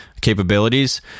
capabilities